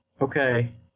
Okay